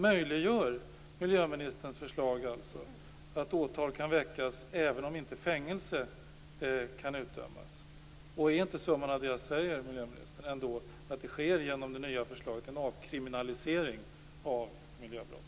Möjliggör miljöministerns förslag alltså att åtal kan väckas även om inte fängelsestraff kan utdömas? Är inte summan av det jag säger, miljöministern, att det genom det nya förslaget sker en avkriminalisering av miljöbrott?